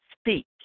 speak